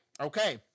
Okay